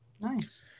Nice